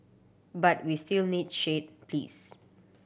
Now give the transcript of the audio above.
but we still need shade please